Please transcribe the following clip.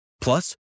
Plus